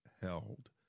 held